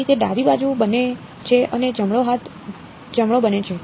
તેથી તે ડાબી બાજુ બને છે અને જમણો હાથ જમણો બને છે